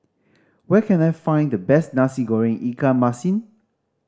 where can I find the best Nasi Goreng ikan masin